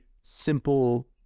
simple